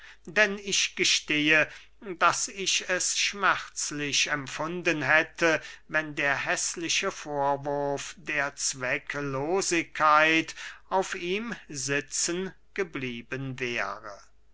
denn ich gestehe daß ich es schmerzlich empfunden hätte wenn der häßliche vorwurf der zwecklosigkeit auf ihm sitzen geblieben wäre